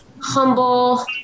humble